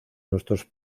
nuestros